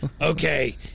okay